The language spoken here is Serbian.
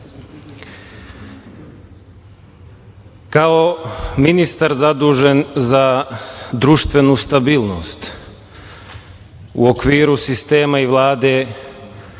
ministar zadužen za društvenu stabilnost u okviru sistema i Vlade